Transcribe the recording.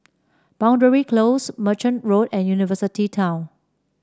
Boundary Close Merchant Road and University Town